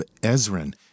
Ezrin